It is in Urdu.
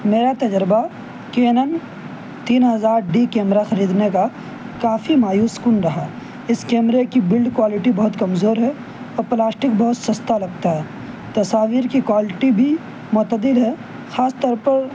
میرا تجربہ کینن تین ہزار ڈی کیمرا خریدنے کا کافی مایوس کن رہا اس کیمرے کی بلڈ کوائلٹی بہت کمزور ہے اور پلاسٹک بہت سستا لگتا ہے تصاویر کی کوائلٹی بھی معتدل ہے خاص طور پر